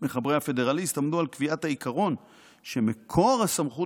מחברי הפדרליסט עמדו על קביעת העיקרון שמקור הסמכות